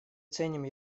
ценим